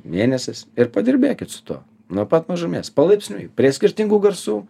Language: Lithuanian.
mėnesis ir padirbėkit su tuo nuo pat mažumės palaipsniui prie skirtingų garsų